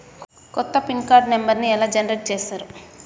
కొత్త pin card నెంబర్ని generation ఎట్లా చేత్తరు?